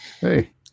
Hey